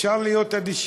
אפשר להיות אדישים